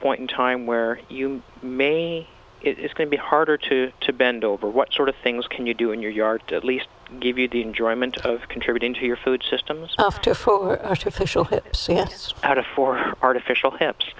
point in time where you maybe it's going to be harder to to bend over what sort of things can you do in your yard at least give you the enjoyment of contributing to your food systems to for artificial hips out of for artificial hips